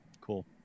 cool